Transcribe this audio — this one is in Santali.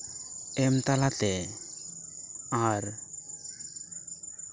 ᱮᱢ ᱛᱟᱞᱟ ᱛᱮ ᱟᱨ